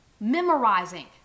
memorizing